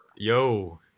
Yo